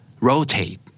rotate